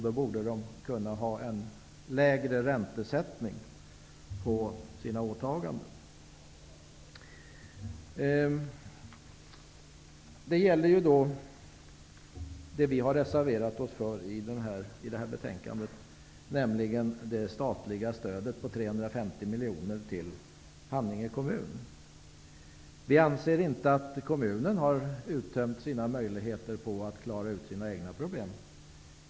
Då borde de kunna ha en lägre räntesättning på sina åtaganden. I det här betänkandet har vi reserverat oss mot det statliga stödet på 350 miljoner kronor till Haninge kommun. Vi anser inte att kommunen har uttömt sina möjligheter att klara ut sina egna problem.